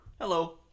Hello